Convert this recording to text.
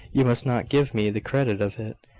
you must not give me the credit of it.